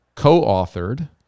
co-authored